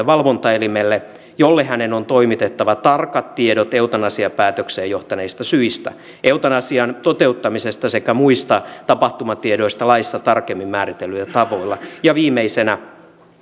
valvontaelimelle jolle hänen on toimitettava tarkat tiedot eutanasiapäätökseen johtaneista syistä eutanasian toteuttamisesta sekä muista tapahtumatiedoista laissa tarkemmin määritellyillä tavoilla ja viimeisenä